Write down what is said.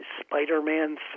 Spider-Man